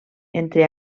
entre